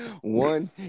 One